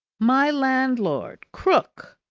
my landlord, krook,